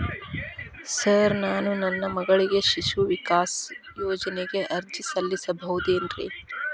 Sir ನಾನು ನನ್ನ ಮಗಳಿಗೆ ಶಿಶು ವಿಕಾಸ್ ಯೋಜನೆಗೆ ಅರ್ಜಿ ಸಲ್ಲಿಸಬಹುದೇನ್ರಿ?